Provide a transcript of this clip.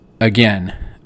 again